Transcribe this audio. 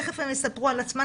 תיכף הן יספרו על עצמן,